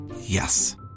Yes